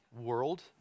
world